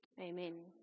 Amen